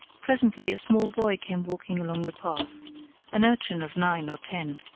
presently a small boy came walking along the path an urchin of nine or ten.